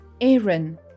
Aaron